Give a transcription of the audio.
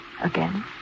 again